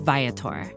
Viator